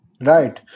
Right